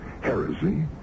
heresy